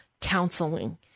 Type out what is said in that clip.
counseling